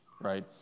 right